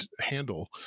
handle